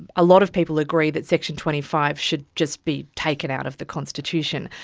a lot of people agree that section twenty five should just be taken out of the constitution,